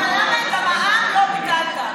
אבל למה את המע"מ לא ביטלת?